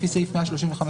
לפי סעיף 135(א),